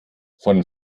von